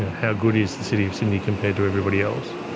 how good is the city of sydney compared to everybody else,